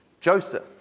Joseph